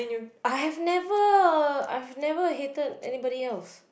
I have never I have never hated anybody else